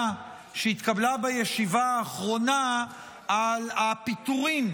שהתקבלה בישיבה האחרונה על הפיטורים